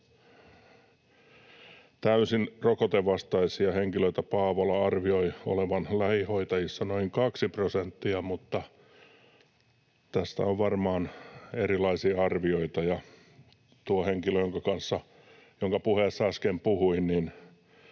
Täysin rokotevastaisia henkilöitä Paavola arvioi olevan lähihoitajissa noin 2 prosenttia, mutta tästä on varmaan erilaisia arvioita. Tuo henkilö, josta puheessa äsken puhuin,